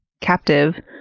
captive